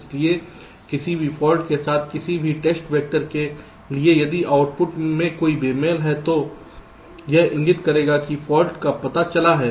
इसलिए किसी भी फाल्ट के साथ किसी भी टेस्ट वेक्टर के लिए यदि आउटपुट में कोई बेमेल है तो यह इंगित करेगा कि फाल्ट का पता चला है